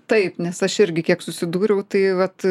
taip nes aš irgi kiek susidūriau tai vat